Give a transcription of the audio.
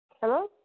Hello